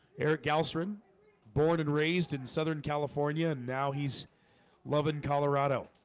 eric, gastrin born and raised in southern california and now he's loved in, colorado